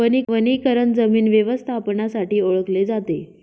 वनीकरण जमीन व्यवस्थापनासाठी ओळखले जाते